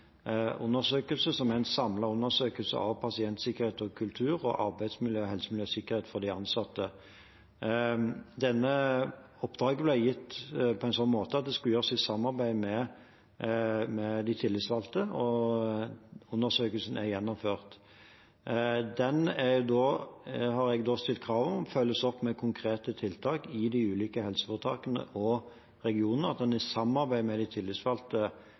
undersøkelse av pasientsikkerhet, kultur og arbeidsmiljø og helse, miljø og sikkerhet for de ansatte. Dette oppdraget skulle gjøres i samarbeid med de tillitsvalgte, og undersøkelsen er gjennomført. Jeg har stilt krav om at den følges opp med konkrete tiltak i de ulike helseforetakene og regionene – at en i samarbeid med de tillitsvalgte